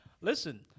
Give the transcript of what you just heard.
Listen